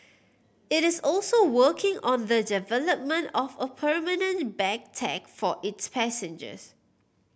it is also working on the development of a permanent bag tag for its passengers